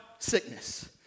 sickness